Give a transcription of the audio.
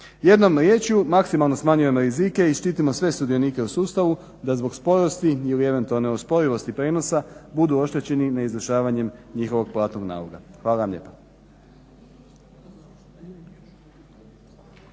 Jednom riječju maksimalno smanjujemo rizike i štitimo sve sudionike u sustavu da zbog sporosti ili eventualne osporivosti prijenosa budu oštećeni neizvršavanjem njihovog platnog naloga. Hvala vam lijepa.